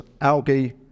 algae